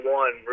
one